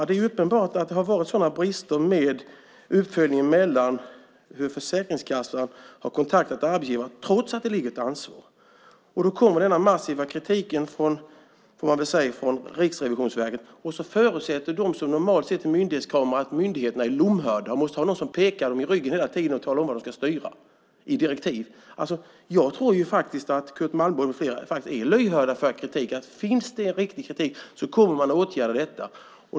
Det är uppenbart att det har varit sådana brister i uppföljningen beträffande hur Försäkringskassan har kontaktat arbetsgivarna trots att ansvaret finns. Då kommer den massiva, får man väl säga, kritiken från Riksrevisionsverket, och så förutsätter de som normalt sett är myndighetskramare att myndigheterna är lomhörda och måste ha någon som pekar dem i ryggen hela tiden och talar om hur de ska styra i direktiv. Jag tror faktiskt att Curt Malmborg med flera är lyhörda för kritiken. Finns det riktig kritik så kommer man att åtgärda detta.